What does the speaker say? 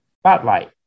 spotlight